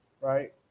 right